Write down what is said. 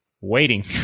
waiting